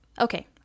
Okay